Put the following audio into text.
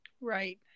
Right